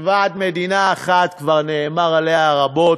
מלבד מדינה אחת, כבר נאמר עליה רבות,